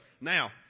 now